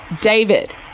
David